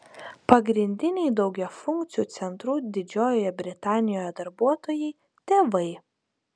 pagrindiniai daugiafunkcių centrų didžiojoje britanijoje darbuotojai tėvai